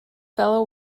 fellow